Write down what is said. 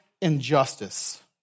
injustice